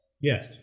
Yes